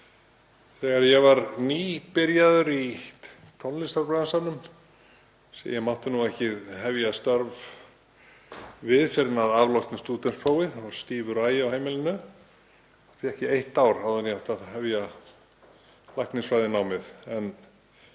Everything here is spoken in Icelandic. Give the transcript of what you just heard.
Þegar ég var nýbyrjaður í tónlistarbransanum — sem ég mátti ekki hefja störf við fyrr en að afloknu stúdentsprófi, það var stífur agi á heimilinu, ég fékk eitt ár áður en ég átti að hefja læknisfræðinámið